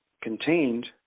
contained